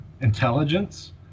intelligence